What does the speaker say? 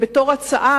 וההצעה,